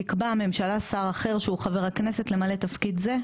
תקבע הממשלה שר אחר שהוא חבר הכנסת למלא תפקיד זה,